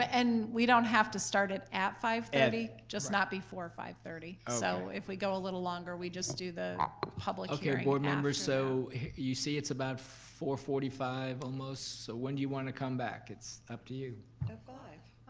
but and we don't have to start it at five thirty, just not before five thirty. so if we go a little longer, we just do the public hearing. okay, board members. so you see, it's about four forty five almost. so when do you want to come back, it's up to you. at five.